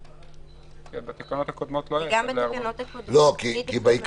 כי בתקנות הקודמות לא היה 4:1. בעיקרון,